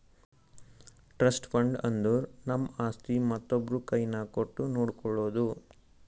trust fund ಅಂದುರ್ ನಮ್ದು ಆಸ್ತಿ ಮತ್ತೊಬ್ರು ಕೈನಾಗ್ ಕೊಟ್ಟು ನೋಡ್ಕೊಳೋದು